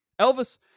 Elvis